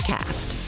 Cast